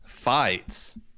fights